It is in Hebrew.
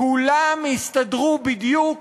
כולם הסתדרו בדיוק